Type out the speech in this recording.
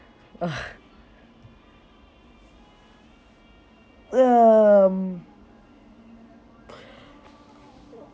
ugh um